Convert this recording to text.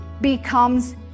becomes